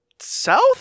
South